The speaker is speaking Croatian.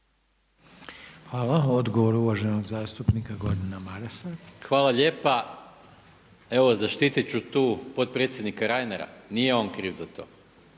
Hvala. Odgovor uvaženog zastupnika Gordana Marasa. **Maras, Gordan (SDP)** Hvala lijepa. Evo zaštitit ću tu potpredsjednika Reinera, nije on krivo za to